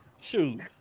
Shoot